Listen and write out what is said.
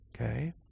Okay